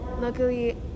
luckily